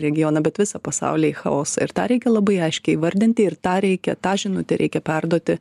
regioną bet visą pasaulį į chaosą ir tą reikia labai aiškiai įvardinti ir tą reikia tą žinutę reikia perduoti